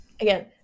again